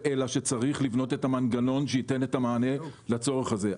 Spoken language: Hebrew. אלא שצריך לבנות את המנגנון שייתן את המענה לצורך הזה.